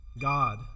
God